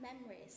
memories